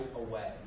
away